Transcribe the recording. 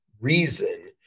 reason